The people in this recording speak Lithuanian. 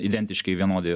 identiškai vienodi